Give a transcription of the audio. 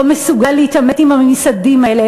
לא מסוגל להתעמת עם הממסדים האלה,